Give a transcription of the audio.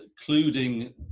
including